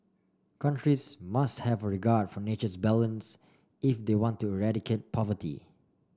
countries must have a regard for nature's balance if they want to eradicate poverty